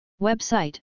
Website